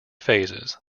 phases